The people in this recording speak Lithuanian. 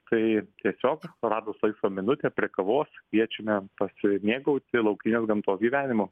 tai tiesiog radus laisvą minutę prie kavos kviečiame pasimėgauti laukinės gamtos gyvenimu